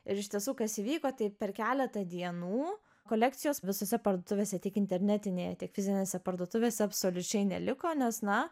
ir iš tiesų kas įvyko tai per keletą dienų kolekcijos visose parduotuvėse tiek internetinėje tiek fizinėse parduotuvėse absoliučiai neliko nes na